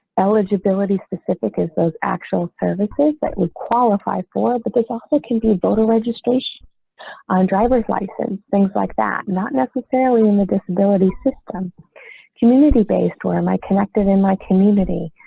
eligibility specific as those actual services that would qualify for. but they also can be voter registration on driver's license, things like that, not necessarily in the disability system community based or am i connected in my community.